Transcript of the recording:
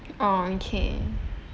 oh okay